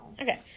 Okay